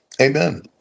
amen